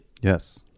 Yes